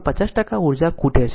તેમાં 50 ટકા ઉર્જા ખૂટે છે